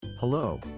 Hello